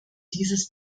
dieses